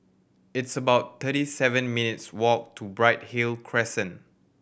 it's about thirty seven minutes walk to Bright Hill Crescent